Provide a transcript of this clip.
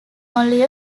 only